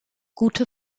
gute